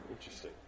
interesting